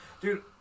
Dude